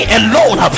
alone